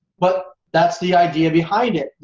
but that's the idea behind it.